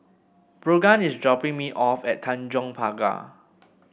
Brogan is dropping me off at Tanjong Pagar